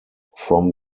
from